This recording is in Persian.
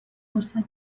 فرصت